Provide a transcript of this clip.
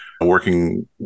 working